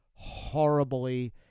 horribly